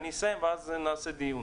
אני אסיים ואז נעשה דיון.